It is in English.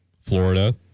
Florida